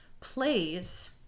Plays